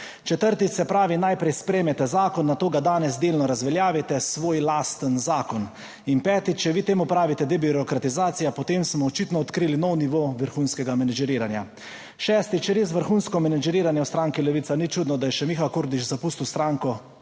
Četrtič, se pravi, najprej sprejmete zakon, nato ga danes delno razveljavite, svoj lasten zakon. In petič, če vi temu pravite debirokratizacija, potem smo očitno odkrili nov nivo vrhunskega menedžeriranja. Šestič, res vrhunsko menedžeriranje. v stranki Levica ni čudno, da je še Miha Kordiš zapustil stranko,